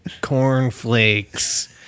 cornflakes